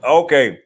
okay